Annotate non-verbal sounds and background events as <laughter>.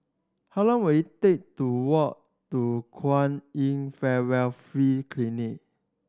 how long will it take to walk to Kwan In <unintelligible> Free Clinic